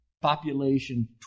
Population